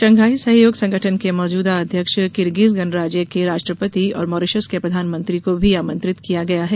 Shanghai सहयोग संगठन के मौजूदा अध्यक्ष किर्गिज गणराज्य के राष्ट्रपति और मॉरिशस के प्रधानमंत्री को भी आमंत्रित किया गया है